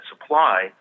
supply